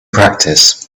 practice